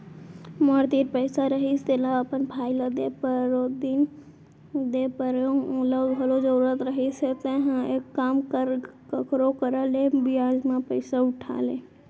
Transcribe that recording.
मोर तीर पइसा रहिस तेला अपन भाई ल परोदिन दे परेव ओला घलौ जरूरत रहिस हे तेंहा एक काम कर कखरो करा ले बियाज म पइसा उठा ले